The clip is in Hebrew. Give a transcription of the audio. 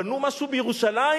בנו משהו בירושלים?